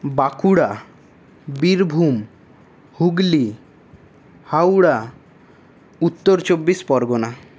Bankura Birbhum Hooghly Howrah Uttar Chabbish Pargana